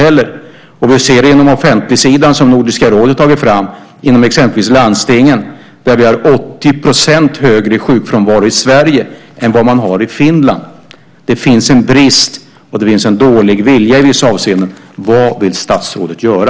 Vi ser på offentligsidan av uppgifter som Nordiska rådet har tagit fram att vi i Sverige inom exempelvis landstingen har 80 % högre sjukfrånvaro än man har i Finland. Det finns en brist och det finns en dålig vilja i vissa avseenden. Vad vill statsrådet göra?